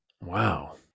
Wow